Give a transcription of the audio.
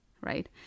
right